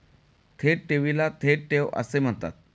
थेट ठेवीला थेट ठेव असे म्हणतात